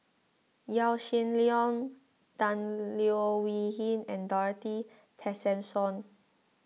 Yaw Shin Leong Tan Leo Wee Hin and Dorothy Tessensohn